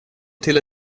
till